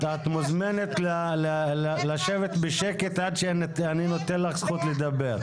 את מוזמנת לשבת בשקט עד שאני נותן לך זכות לדבר.